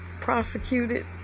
prosecuted